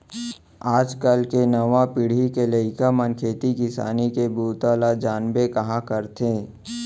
आज काल के नवा पीढ़ी के लइका मन खेती किसानी के बूता ल जानबे कहॉं करथे